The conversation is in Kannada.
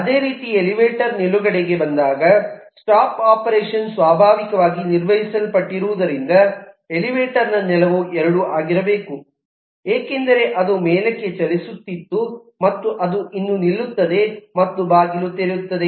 ಅದೇ ರೀತಿ ಎಲಿವೇಟರ್ ನಿಲುಗಡೆಗೆ ಬಂದಾಗ ಸ್ಟಾಪ್ ಆಪರೇಷನ್ ಸ್ವಾಭಾವಿಕವಾಗಿ ನಿರ್ವಹಿಸಲ್ಪಟ್ಟಿರುವುದರಿಂದ ಎಲಿವೇಟರ್ ನ ನೆಲವು 2 ಆಗಿರಬೇಕು ಏಕೆಂದರೆ ಅದು ಮೇಲಕ್ಕೆ ಚಲಿಸುತ್ತಿತ್ತು ಮತ್ತು ಅದು ಇನ್ನು ನಿಲ್ಲುತ್ತದೆ ಮತ್ತು ಬಾಗಿಲು ತೆರೆಯುತ್ತದೆ